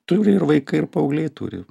turi ir vaikai ir paaugliai turi